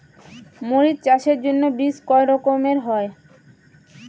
মরিচ চাষের জন্য বীজ কয় রকমের হয়?